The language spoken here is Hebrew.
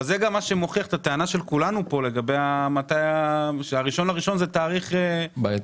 אז זה מוכיח את הטענה שלנו ש-1 בינואר זה תאריך בעייתי,